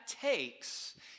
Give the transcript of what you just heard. takes